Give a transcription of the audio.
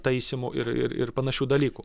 taisymu ir ir ir panašių dalykų